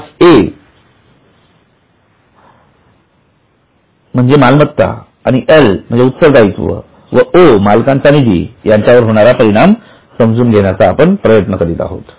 आपण मालमत्ता उत्तर दायित्व व मालकाचा निधी यांच्यावर होणारा परिणाम समजून घेण्याचा प्रयत्न करत आहोत